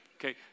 Okay